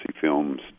films